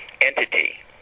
entity